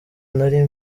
nari